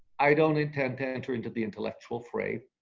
i don't intend to enter into the intellectual fray.